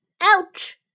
Ouch